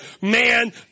man